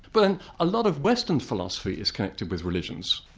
but then a lot of western philosophy is connected with religions.